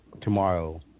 tomorrow